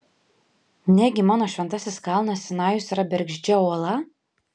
negi mano šventasis kalnas sinajus yra bergždžia uola